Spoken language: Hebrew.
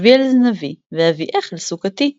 שבי על זנבי ואביאך אל סכתי.”